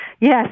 Yes